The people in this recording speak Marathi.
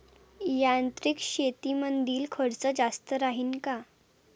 यांत्रिक शेतीमंदील खर्च जास्त राहीन का?